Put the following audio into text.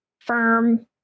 firm